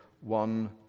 one